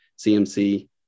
CMC